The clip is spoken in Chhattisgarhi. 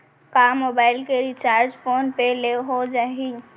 का मोबाइल के रिचार्ज फोन पे ले हो जाही?